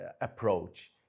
approach